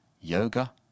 yoga